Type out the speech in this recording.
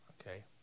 Okay